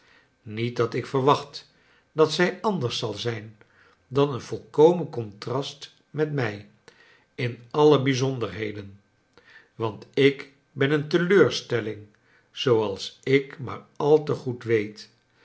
niet dat ik verwacht dat zij anders zal zijn dan een v oik omen contrast met mij in alle bijzonderheden want ik ben een teleurstelling zooals ik maar al te goed weet